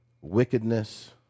wickedness